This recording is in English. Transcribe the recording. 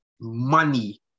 money